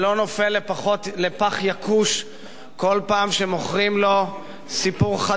לפח יקוש כל פעם שמוכרים לו סיפור חדש.